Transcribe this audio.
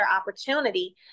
opportunity